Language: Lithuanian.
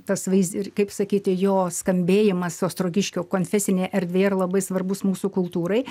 tas vaizi kaip sakyti jo skambėjimas ostrogiškio konfesinė erdvė ir labai svarbūs mūsų kultūrai